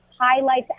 highlights